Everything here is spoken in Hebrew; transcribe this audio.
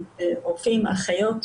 רופאים ואחיות,